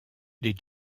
les